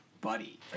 buddy